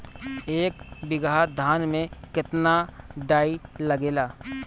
एक बीगहा धान में केतना डाई लागेला?